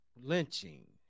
lynching